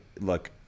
look